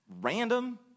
random